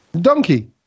Donkey